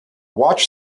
watch